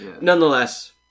Nonetheless